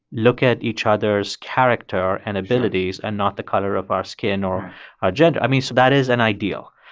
look at each other's character and abilities and not the color of our skin or our gender. i mean, so that is an ideal.